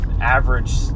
average